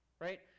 right